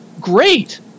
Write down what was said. great